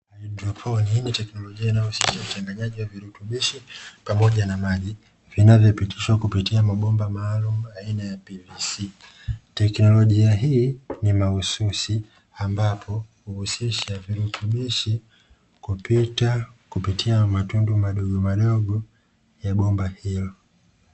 Haidroponi ni teknolojia inayohusisha uchanganyaji wa virutubisho pamoja na maji vinavyopitishwa kupitia mabomba maalumu aina ya PVC, teknolojia hii ni mahususi ambapo huhusishaji wa virutubishi kupitia matundu madogo madogo ya bomba hilo.